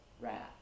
wrath